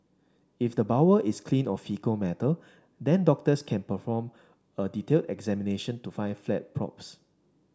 if the bowel is clean of faecal matter then doctors can perform a detailed examination to find a flat polyps